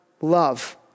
love